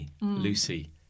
Lucy